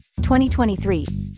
2023